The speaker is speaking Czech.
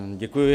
Děkuji.